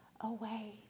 away